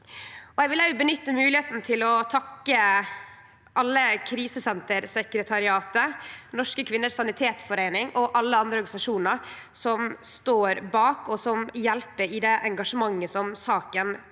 Eg vil òg nytte moglegheita til å takke Krisesentersekretariatet, Norske Kvinners Sanitetsforening og alle andre organisasjonar som står bak, og som hjelper i det engasjementet som saka